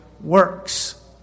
works